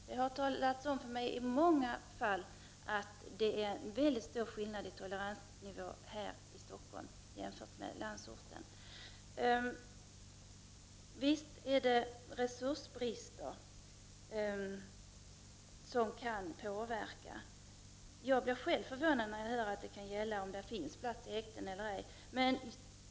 Det har för mig påtalats många gånger att det är väldigt stor skillnad i toleransnivå mellan Stockholm och landsorten. Visst kan resursbrister påverka dessa frågor! Jag blev själv förvånad när jag hörde att en bedömningsgrund var tillgången på häktningsplatser.